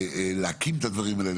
להקים את הדברים האלה,